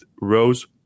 rows